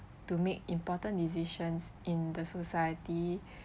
to make important decisions in the society